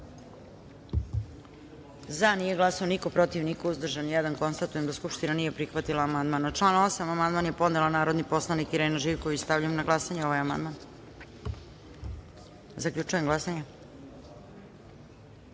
glasanje: za – niko, protiv – niko, uzdržan – jedan. Konstatujem da Skupština nije prihvatila ovaj amandman. Na član 8. amandman je podnela narodni poslanik Irena Živković. Stavljam na glasanje ovaj amandman. Zaključujem glasanje: